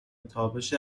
تابش